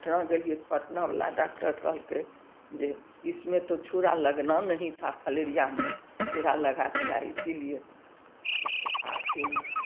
पटना गेलियै तऽ पटनावला डॉक्टर कहलकै जे इसमें तो छूरा लगना नहीं था फलेरियामे छूरा लगा दिया इसीलिए आओर अथी